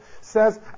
says